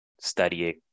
studying